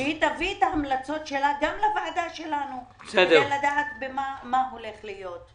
ושהיא תביא את ההמלצות שלה גם לוועדה שלנו כדי לדעת מה הולך להיות.